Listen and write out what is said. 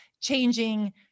changing